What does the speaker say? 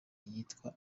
yitwa